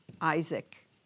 Isaac